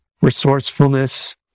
resourcefulness